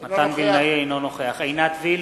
אינו נוכח עינת וילף,